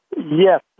Yes